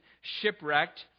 shipwrecked